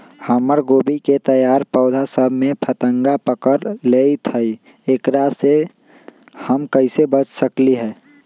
हमर गोभी के तैयार पौधा सब में फतंगा पकड़ लेई थई एकरा से हम कईसे बच सकली है?